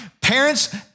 Parents